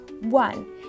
One